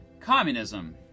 communism